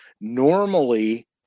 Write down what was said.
normally